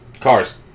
Cars